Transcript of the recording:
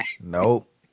Nope